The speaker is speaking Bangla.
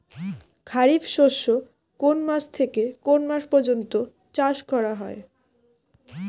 খারিফ শস্য কোন মাস থেকে কোন মাস পর্যন্ত চাষ করা হয়?